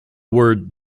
word